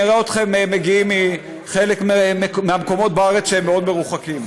נראה אתכם מגיעים מחלק מהמקומות בארץ שהם מאוד מרוחקים.